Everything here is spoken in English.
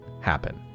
happen